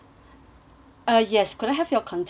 uh yes could I have your contact number